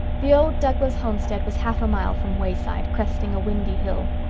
the old douglas homestead was half a mile from wayside cresting a windy hill.